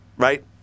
Right